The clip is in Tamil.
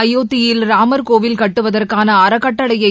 அயோத்தியில் ராமர்கோவில் கட்டுவதற்கான அறக்கட்டளையை